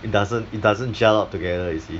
it doesn't it doesn't gel up together you see